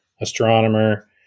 astronomer